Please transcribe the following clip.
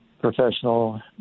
professional